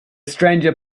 stranger